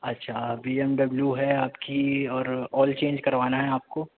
اچھا B M W ہے آپ کی اور آل چینج کروانا ہے آپ کو